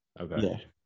Okay